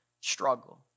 struggle